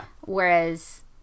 Whereas